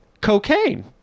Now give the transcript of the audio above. cocaine